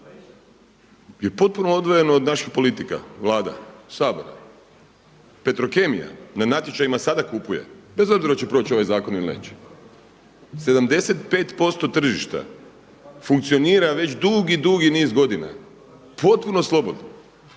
je potpuno odvojeno od naših politika, Vlada, Sabora. Petrokemija na natječajima sada kupuje bez obzira hoće li proći ovaj zakon ili neće. 75% tržišta funkcionira već dugi, dugi niz godina potpuno slobodno